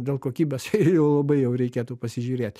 dėl kokybės čia jau labai jau reikėtų pasižiūrėt